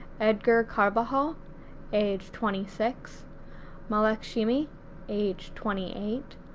edgar carbajal age twenty six mahalakshmi age twenty eight,